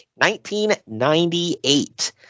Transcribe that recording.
1998